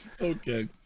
okay